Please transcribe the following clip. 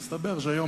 ומסתבר שהיום,